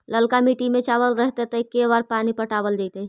ललका मिट्टी में चावल रहतै त के बार पानी पटावल जेतै?